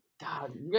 God